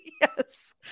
yes